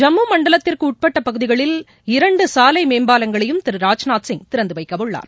ஜம்மு மண்டலத்திற்கு உட்பட்ட பகுதிகளில் இரண்டு சாலை மேம்பாவங்களையும் திரு ராஜ்நாத்சிங் திறந்து வைக்கவுள்ளார்